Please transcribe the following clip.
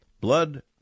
blood